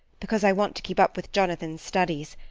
because i want to keep up with jonathan's studies,